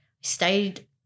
stayed